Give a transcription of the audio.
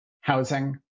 housing